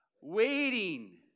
waiting